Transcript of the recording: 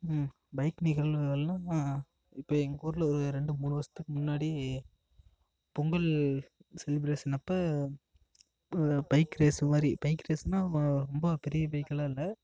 bike நிகழ்வுகள்லாம் இப்போ எங்கூர்ல ஒரு ரெண்டு மூணு வருஷத்துக்கு முன்னாடி பொங்கல் செலிபிரேஷன் அப்போ பைக் ரேஸ் மாதிரி பைக் ரேஸ்னா ரொம்ப பெரிய பைக் எல்லாம் இல்லை